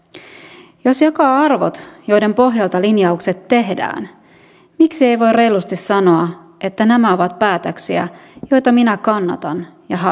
jos jakaa arvot joiden pohjalta linjaukset tehdään miksi ei voi reilusti sanoa että nämä ovat päätöksiä joita minä kannatan ja haluan tehdä